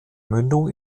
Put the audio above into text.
mündung